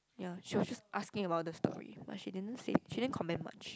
ya she was just asking about the story but she didn't say she didn't comment much